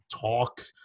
talk